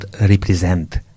represent